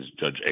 Judge